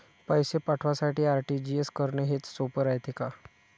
पैसे पाठवासाठी आर.टी.जी.एस करन हेच सोप रायते का?